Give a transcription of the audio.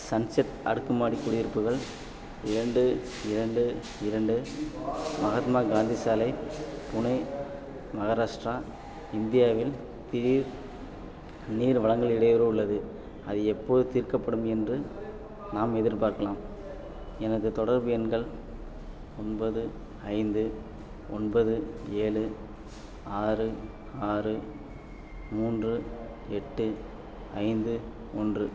sunset அடுக்குமாடி குடியிருப்புகள் இரண்டு இரண்டு இரண்டு மகாத்மா காந்தி சாலை புனே மகாராஷ்டிரா இந்தியாவில் திடீர் நீர் வழங்கல் இடையூறு உள்ளது அது எப்போது தீர்க்கப்படும் என்று நாம் எதிர்பார்க்கலாம் எனது தொடர்பு எண்கள் ஒன்பது ஐந்து ஒன்பது ஏழு ஆறு ஆறு மூன்று எட்டு ஐந்து ஒன்று